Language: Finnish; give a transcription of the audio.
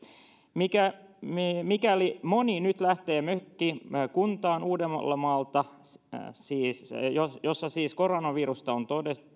mikäli moni nyt lähtee mökkikuntaan uudeltamaalta jossa siis koronavirusta on